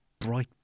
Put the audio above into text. bright